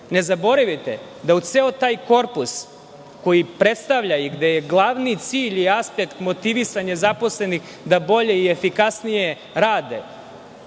zaboravite da u ceo taj korpus koji predstavlja i aspekt motivisanja zaposlenih da bolje i efikasnije rade,